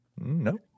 No